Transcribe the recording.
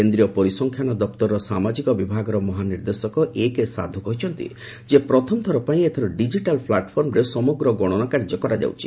କେନ୍ଦ୍ରୀୟ ପରିସଂଖ୍ୟାନ ଦପ୍ତରର ସାମାଜିକ ବିଭାଗର ମହାନିର୍ଦ୍ଦେଶକ ଏକେ ସାଧୁ କହିଛନ୍ତି ଯେ ପ୍ରଥମଥର ପାଇଁ ଏଥର ଡିଜିଟାଲ୍ ପ୍ଲାଟଫର୍ମରେ ସମଗ୍ର ଗଶନା କାର୍ଯ୍ୟ କରାଯାଉଛି